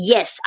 Yes